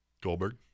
Goldberg